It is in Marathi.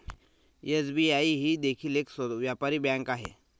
एस.बी.आई ही देखील एक व्यापारी बँक आहे